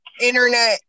internet